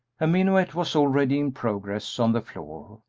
a minuet was already in progress on the floor,